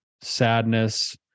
sadness